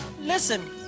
Listen